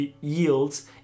yields